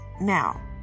Now